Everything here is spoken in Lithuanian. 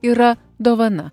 yra dovana